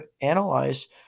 analyze